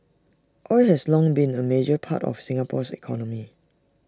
oil has long been A major part of Singapore's economy